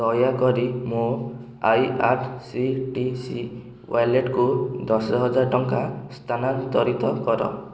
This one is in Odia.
ଦୟାକରି ମୋ I R C T C ୱାଲେଟ୍କୁ ଦଶହଜାର ଟଙ୍କା ସ୍ଥାନାନ୍ତରିତ କର